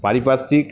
পারিপার্শ্বিক